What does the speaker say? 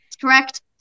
correct